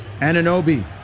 Ananobi